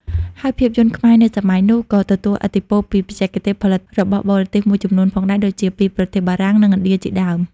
ហើយភាពយន្តខ្មែរនៅសម័យនោះ ក៏ទទួលឥទ្ធិពលពីបច្ចេកទេសផលិតរបស់បរទេសមួយចំនួនផងដែរ ដូចជាពីប្រទេសបារាំង និងឥណ្ឌា ជាដើម។